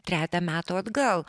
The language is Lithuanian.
trejetą metų atgal